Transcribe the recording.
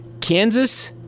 Kansas